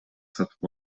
сатып